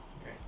Okay